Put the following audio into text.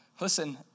listen